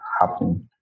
happening